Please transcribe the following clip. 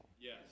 Yes